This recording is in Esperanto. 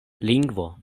lingvo